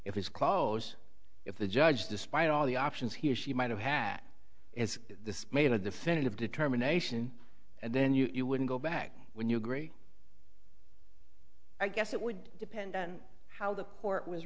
if it's close if the judge despite all the options he or she might have had is this made a definitive determination and then you wouldn't go back when you agree i guess it would depend on how the court was